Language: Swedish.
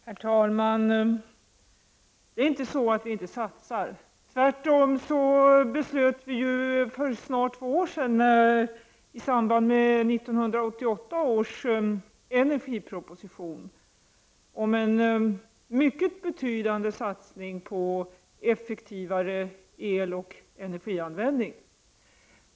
Herr talman! Det är inte så att vi inte satsar. Tvärtom beslöt vi för snart två år sedan i samband med 1988 års energiproposition om en betydande satsning på effektivare eloch energianvändning.